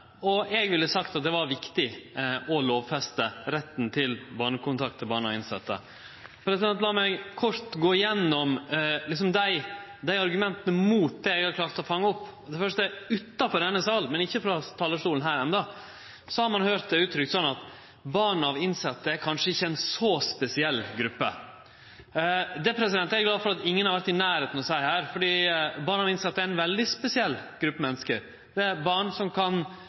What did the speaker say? og eg vil seie at det er viktig å lovfeste retten til barnekontakt til barn av innsette. Lat meg kort gå gjennom dei argumenta mot lovfesting som eg har klart å fange opp. For det første har ein utanfor denne salen, men ikkje enno frå talarstolen her, høyrt uttrykt at barn av innsette kanskje ikkje er ei så spesiell gruppe. Det er eg glad for at ingen har vore i nærleiken av å seie her, for barn av innsette er ei veldig spesiell gruppe menneske. Det er barn som kan